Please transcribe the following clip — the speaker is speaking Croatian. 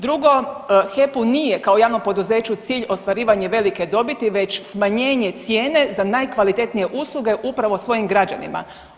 Drugo, HEP-u nije kao javnom poduzeću cilj ostvarivanje velike dobiti, već smanjenje cijene za najkvalitetnije usluge upravo svojim građanima.